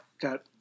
got